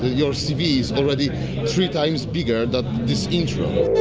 your cv is already three times bigger that this intro.